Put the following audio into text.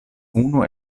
unu